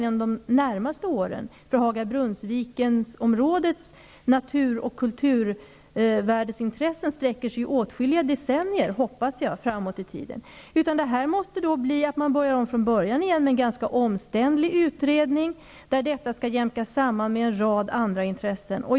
Intresset för att ta till vara Haga--Brunnsviken-områdets natur och kulturvärden sträcker sig ju -- hoppas jag -- åtskil liga decennier framåt i tiden. Man måste därför börja om från början med en ganska omständlig utredning, där detta skall jämkas samman med en rad andra intressen.